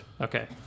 Okay